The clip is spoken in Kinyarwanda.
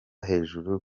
hejuru